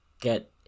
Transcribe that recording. get